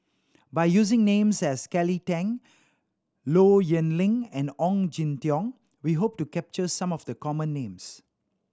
by using names as Kelly Tang Low Yen Ling and Ong Jin Teong we hope to capture some of the common names